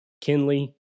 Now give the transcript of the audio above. Kinley